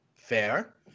Fair